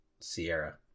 Sierra